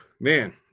Man